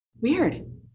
Weird